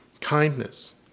kindness